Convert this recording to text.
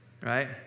right